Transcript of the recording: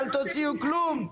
אל תוציאו כלום,